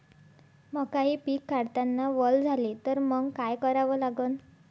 मका हे पिक काढतांना वल झाले तर मंग काय करावं लागन?